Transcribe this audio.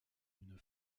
une